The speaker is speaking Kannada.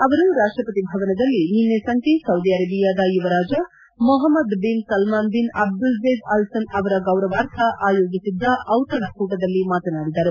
ಅವರು ರಾಷ್ಕ್ಷಪತಿ ಭವನದಲ್ಲಿ ನಿನ್ತೆ ಸಂಜೆ ಸೌದಿ ಅರೇಬಿಯಾದ ಯುವರಾಜ Mohammed bin Salman bin Abdulaziz Al Saud ಅವರ ಗೌರವಾರ್ಥ ಆಯೋಜಿಸಿದ್ದ ಔತಣಕೂಟದಲ್ಲಿ ಮಾತನಾಡಿದರು